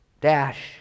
dash